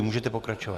Můžete pokračovat.